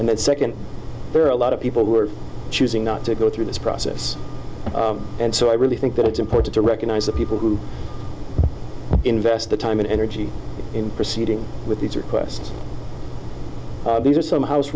and second there are a lot of people who are choosing not to go through this process and so i really think that it's important to recognize the people who invest the time and energy in proceeding with these requests these are some house